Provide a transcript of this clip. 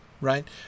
right